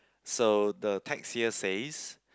so the text here says